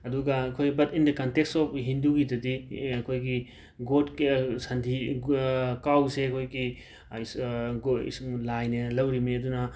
ꯑꯗꯨꯒ ꯑꯩꯈꯣꯏ but in the context of ꯍꯤꯟꯗꯨꯒꯤꯗꯗꯤ ꯑꯦ ꯑꯩꯈꯣꯏꯒꯤ ꯒꯣꯠꯀꯤ ꯁꯟꯊꯤ ꯀꯥꯎꯁꯦ ꯑꯩꯈꯣꯏꯒꯤ ꯂꯥꯏꯅꯦꯅ ꯂꯧꯔꯤꯅꯤ ꯑꯗꯨꯅ